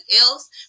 else